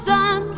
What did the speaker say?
Sun